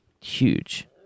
huge